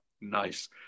Nice